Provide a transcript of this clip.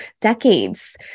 decades